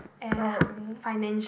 probably